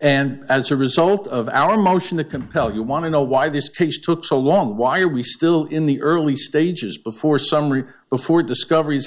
and as a result of our motion to compel you want to know why this case took so long why are we still in the early stages before summary before discoveries